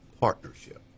partnership